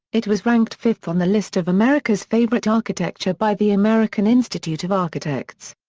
it was ranked fifth on the list of america's favorite architecture by the american institute of architects.